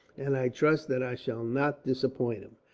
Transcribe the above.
and i trust that i shall not disappoint him.